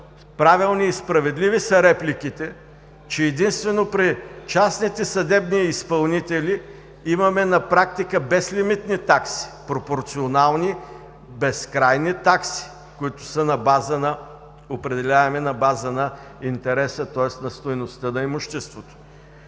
Правилни и справедливи са репликите, че единствено при частните съдебни изпълнители на практика имаме безлимитни такси, пропорционални, безкрайни такси, които са определяеми на база интереса, тоест на стойността на имуществото.